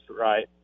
right